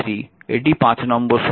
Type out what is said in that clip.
এটি নম্বর সমীকরণ